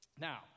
Now